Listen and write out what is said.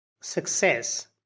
success